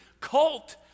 cult